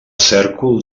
cèrcol